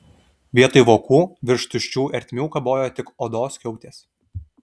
vietoj vokų virš tuščių ertmių kabojo tik odos skiautės